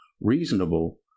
reasonable